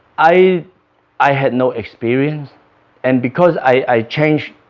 i i had no experience and because i changed